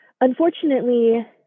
unfortunately